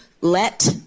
let